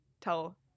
tell